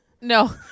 No